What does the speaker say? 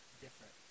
different